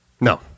No